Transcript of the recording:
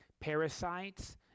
parasites